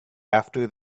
after